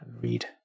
read